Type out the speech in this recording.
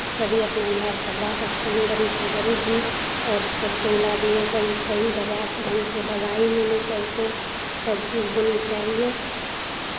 सभी अपना इलाज करवा सकते हैं गरीब से गरीब भी और सबको इलाज सही दवा ढंग से दवाई मिले सबको सब चीज होनी चाहिए